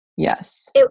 Yes